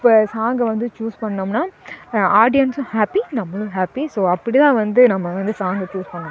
இப்போ சாங்கை வந்து சூஸ் பண்ணிணோம்னா ஆடியன்ஸ்ஸும் ஹாப்பி நம்மளும் ஹாப்பி ஸோ அப்படி தான் வந்து நம்ம வந்து சாங்கை ச்சூஸ் பண்ணணும்